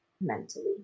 mentally